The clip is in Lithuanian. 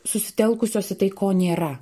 susitelkusios į tai ko nėra